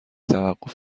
توقف